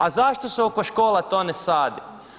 A zašto se oko škola to ne sadi?